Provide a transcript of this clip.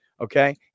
Okay